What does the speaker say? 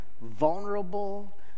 vulnerable